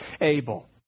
Abel